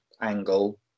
angle